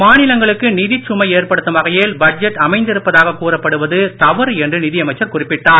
மாநிலங்களுக்கு நிதிச் சுமை ஏற்படுத்தும் வகையில் பட்ஜெட் அமைந்திருப்பதாக கூறப்படுவது தவறு என்று நிதியமைச்சர் குறிப்பிட்டார்